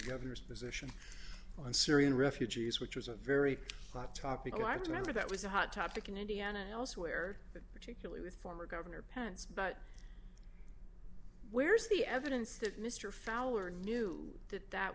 governor's position on syrian refugees which was a very hot topic a large number that was a hot topic in indiana elsewhere but particularly with former governor pence but where's the evidence that mr fowler knew that that